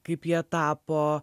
kaip jie tapo